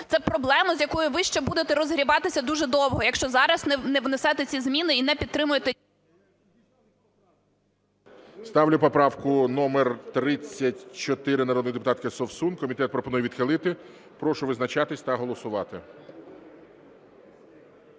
Це проблема з якою ви ще будете розгрібатися дуже довго, якщо зараз не внесете ці зміни і не підтримаєте… ГОЛОВУЮЧИЙ. Ставлю поправку номер 34 народної депутатки Совсун. Комітет пропонує відхилити. Прошу визначатись та голосувати.